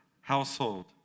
household